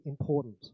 important